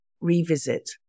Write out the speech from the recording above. revisit